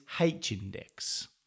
H-index